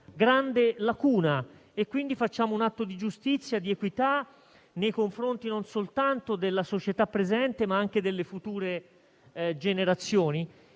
grande lacuna e quindi facciamo un atto di giustizia e di equità, nei confronti non soltanto della società presente, ma anche delle future generazioni.